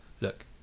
look